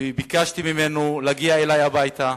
וביקשתי ממנו להגיע אלי הביתה,